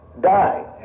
die